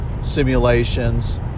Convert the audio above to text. simulations